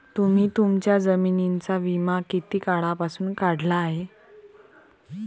तुम्ही तुमच्या जमिनींचा विमा किती काळापासून काढला आहे?